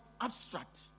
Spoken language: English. abstract